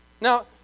Now